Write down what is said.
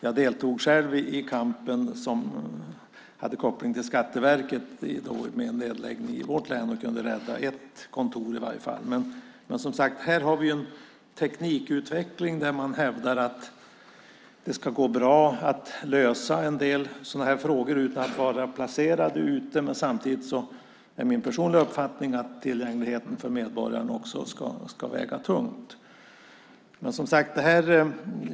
Jag deltog själv i kampen, som hade koppling till Skatteverket, mot nedläggning i vårt län och kunde i alla fall rädda ett kontor. Som sagt har vi här en utveckling där man hävdar att det ska gå bra att lösa en del sådana här frågor utan att vara placerad ute. Samtidigt är det min personliga uppfattning att tillgängligheten för medborgarna ska väga tungt.